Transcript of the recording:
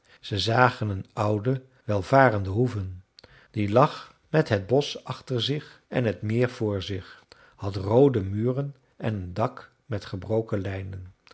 zij zagen een oude welvarende hoeve die lag met het bosch achter zich en t meer voor zich had roode muren en een dak met gebroken lijnen